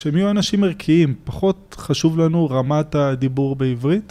כשהם יהיו אנשים ערכיים פחות חשוב לנו רמת הדיבור בעברית.